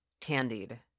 candied